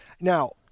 Now